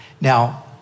Now